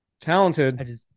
Talented